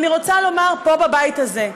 אני רוצה לומר פה, בבית הזה: